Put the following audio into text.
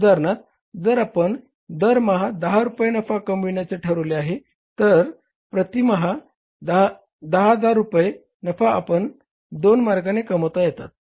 उदाहरणार्थ जर आपण दर महा 10000 रुपये नफा कमविण्याचे ठरविले आहे तर प्रती महा 10000 रुपये नफा आपणास दोन मार्गाने कमविता येतात